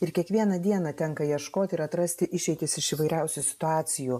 ir kiekvieną dieną tenka ieškoti ir atrasti išeitis iš įvairiausių situacijų